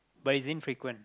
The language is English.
but it's infrequent